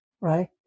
right